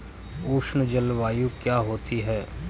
उष्ण जलवायु क्या होती है?